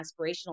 aspirational